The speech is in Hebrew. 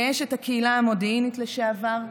כאשת הקהילה המודיעינית לשעבר,